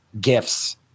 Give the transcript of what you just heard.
gifts